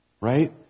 right